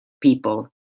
people